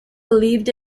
believed